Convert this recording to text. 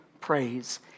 praise